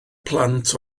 plant